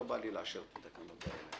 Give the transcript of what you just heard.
לא בא לי לאשר את התקנות האלה.